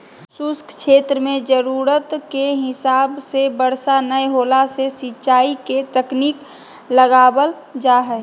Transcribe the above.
शुष्क क्षेत्र मे जरूरत के हिसाब से बरसा नय होला से सिंचाई के तकनीक लगावल जा हई